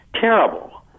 terrible